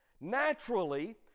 naturally